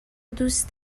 دوست